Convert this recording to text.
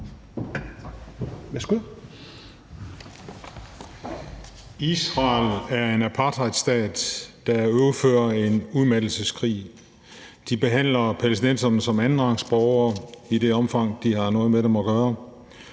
Israel er en apartheidstat, der udfører en udmattelseskrig. De behandler palæstinenserne som andenrangsborgere i det omfang, de har noget med dem at gøre.